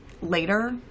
later